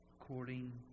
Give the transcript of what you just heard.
according